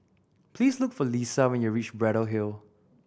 please look for Lissa when you reach Braddell Hill